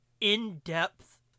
in-depth